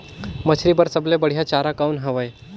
मछरी बर सबले बढ़िया चारा कौन हवय?